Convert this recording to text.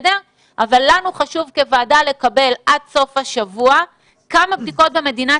לנו כוועדה חשוב לקבל עד סוף השבוע כמה בדיקות במדינת